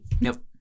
Nope